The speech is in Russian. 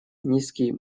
низкий